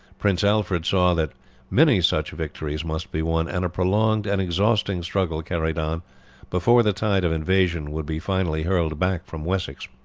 prince alfred saw that many such victories must be won, and a prolonged and exhausting struggle carried on before the tide of invasion would be finally hurled back from wessex.